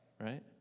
right